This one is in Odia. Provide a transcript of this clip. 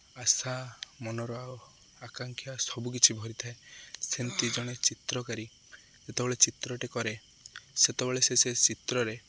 ଆଶା ମନର ଆକାଂକ୍ଷା ସବୁକିଛି ଭରିଥାଏ ସେମିତି ଜଣେ ଚିତ୍ରକାରୀ ଯେତେବେଳେ ଚିତ୍ରଟେ କରେ ସେତେବେଳେ ସେ ସେ ଚିତ୍ରରେ